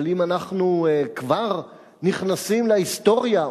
אבל אם אנחנו כבר נכנסים להיסטוריה,